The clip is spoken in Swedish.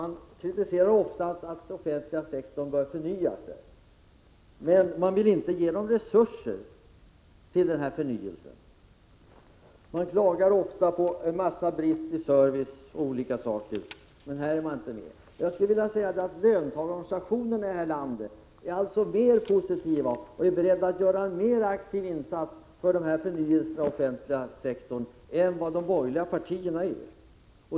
Ni kritiserar ofta den offentliga sektorn och säger att den bör förnya sig, men ni vill inte ge den resurser till förnyelsen. Ni klagar ofta på bristen på service m.m., men nu vill ni inte vara med. Löntagarorganisationerna i detta land är alltså mera positiva och är beredda att göra en mer aktiv insats för denna förnyelse inom den offentliga sektorn än de borgerliga partierna är.